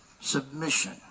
submission